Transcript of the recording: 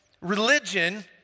Religion